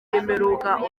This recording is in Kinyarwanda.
y’imperuka